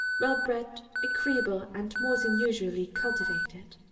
well-bred, agreeable and more than usually cultivated.